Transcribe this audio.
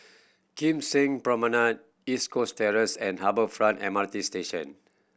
Kim Seng Promenade East Coast Terrace and Harbour Front M R T Station